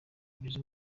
bigize